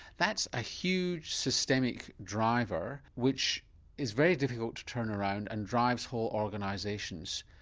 that's a huge systemic driver, which is very difficult to turn around and drives whole organisations.